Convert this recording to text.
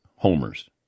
Homer's